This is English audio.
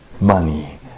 Money